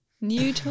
New